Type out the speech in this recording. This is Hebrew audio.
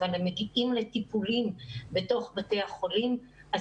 אבל הם מגיעים לטיפולים בתוך בתי החולים,